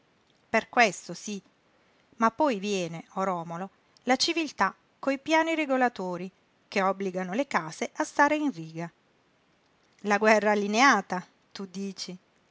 per questo sí ma poi viene o romolo la civiltà coi piani regolatori che obbligano le case a stare in riga la guerra allineata tu dici